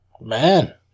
Man